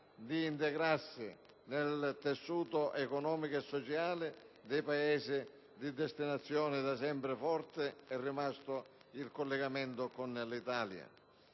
di integrarsi nel tessuto economico e sociale dei Paesi di destinazione, ma sempre forte è rimasto il collegamento con l'Italia.